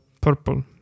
purple